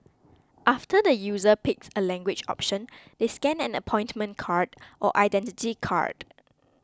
after the user picks a language option they scan an appointment card or Identity Card